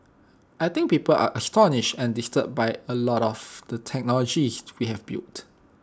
I think people are astonished and disturbed by A lot of the technologies we have built